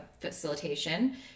facilitation